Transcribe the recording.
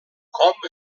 com